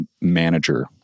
manager